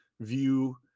view